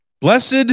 blessed